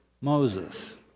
Moses